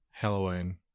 halloween